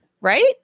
Right